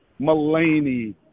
Mulaney